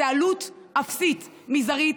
זו עלות אפסית, מזערית.